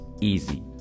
easy